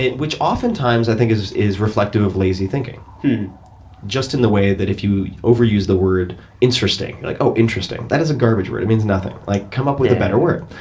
which oftentimes, i think, is is reflective of lazy thinking. just in the way that if you overuse the word interesting, like oh, interesting. that is a garbage word. it means nothing. like come up with a better word.